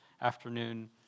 afternoon